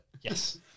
Yes